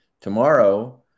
Tomorrow